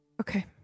Okay